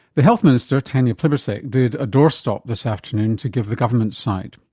the health minister tanya plibersek did a doorstop this afternoon to give the government's side.